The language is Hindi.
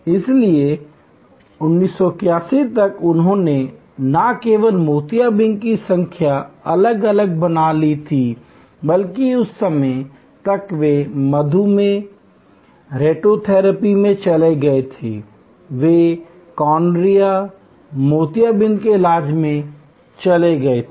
इसलिए 1981 तक उन्होंने न केवल मोतियाबिंद की संख्या अलग अलग बना ली थी बल्कि उस समय तक वे मधुमेह रेटिनोपैथी में चले गए थे वे कॉर्निया मोतियाबिंद के इलाज में चले गए थे